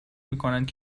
میکنند